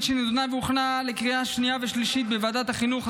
שהוכנה לקריאה שנייה ושלישית בוועדת החינוך,